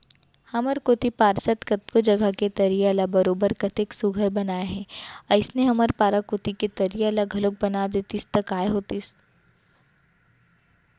हमर कोती पार्षद कतको जघा के तरिया ल बरोबर कतेक सुग्घर बनाए हे अइसने हमर पारा कोती के तरिया ल घलौक बना देतिस त काय होतिस